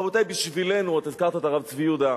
רבותי, בשבילנו, אתה הזכרת את הרב צבי יהודה,